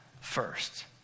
first